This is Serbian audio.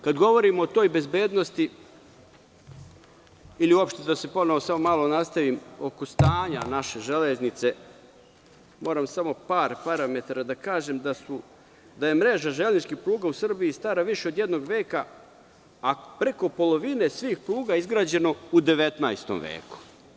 Kada govorimo o toj bezbednosti, ili uopšte sa se nastavim oko stanja naše železnice, moram samo parametara da kažem da je mreža železničkih pruga u Srbiji stara više od jednog veka, a preko polovine svih pruga izgrađeno u 19. veku.